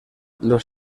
los